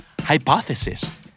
Hypothesis